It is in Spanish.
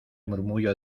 murmullo